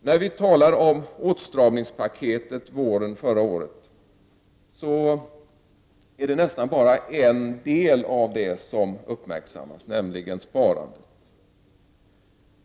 När vi talar om åtstramningspaketet förra våren, är det nästan bara en del av det som uppmärksammas, nämligen sparandet.